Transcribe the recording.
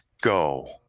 go